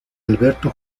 alberto